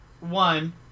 one